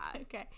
Okay